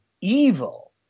evil